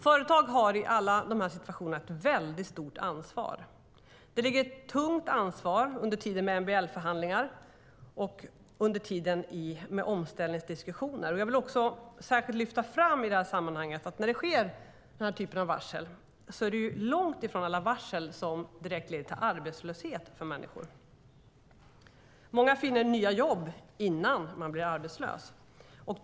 Företag har i alla dessa situationer ett väldigt stort ansvar. Det ligger ett också tungt ansvar på företaget under tiden som det förs MBL-förhandlingar och omställningsdiskussioner. I det här sammanhanget vill jag särskilt lyfta fram att när det läggs den här typen av varsel är det ju långt ifrån alla som direkt leder till arbetslöshet för människor. Många finner nya jobb innan de blir arbetslösa.